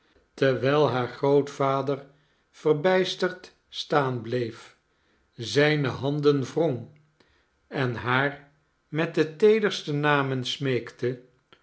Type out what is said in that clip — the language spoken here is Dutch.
terwijl haar grootvader verbijsterd staan bleef zijne handen wrong en haar met de teederste namen smeekte